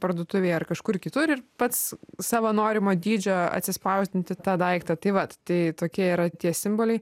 parduotuvėj ar kažkur kitur ir pats savo norimo dydžio atsispausdinti tą daiktą tai vat tai tokie yra tie simboliai